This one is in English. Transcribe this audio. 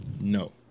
No